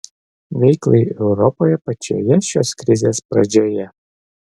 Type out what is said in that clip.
veiklai europoje pačioje šios krizės pradžioje